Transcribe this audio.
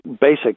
basic